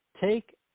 take